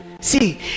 See